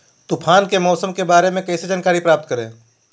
तूफान के मौसम के बारे में कैसे जानकारी प्राप्त करें?